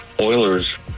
Oilers